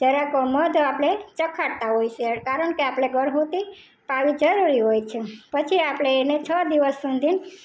જરાક મધ આપણે ચખાડતા હોઇ સીએ કારણ કે આપણે ગળથૂથી પાવી જરૂરી હોય છે પછી આપણે એને છ દિવસ સુધી